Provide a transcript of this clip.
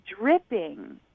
dripping